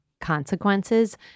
consequences